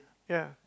ya